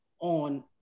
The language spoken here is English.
on